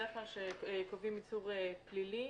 בדרך כלל כשקובעים איסור פלילי,